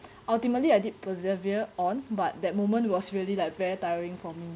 ultimately I did persevere on but that moment was really like very tiring for me